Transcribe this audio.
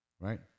right